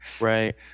Right